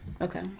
Okay